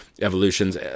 evolutions